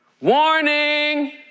Warning